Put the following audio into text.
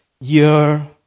year